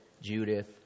Judith